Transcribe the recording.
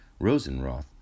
Rosenroth